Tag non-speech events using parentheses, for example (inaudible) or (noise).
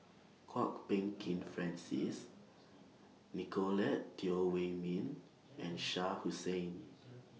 Kwok Peng Kin Francis Nicolette Teo Wei Min and (noise) Shah Hussain